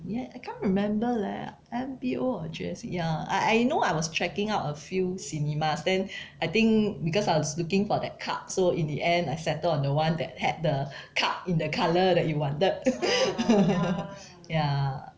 ya I can't remember leh M_B_O or G_S_C ya I know I was checking out a few cinemas then I think because I was looking for that cup so in the end I settle on the one that had the cup in the colour that you wanted ya